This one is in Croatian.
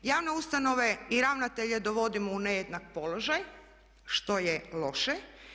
Javne ustanove i ravnatelje dovodimo u nejednak položaj što je loše.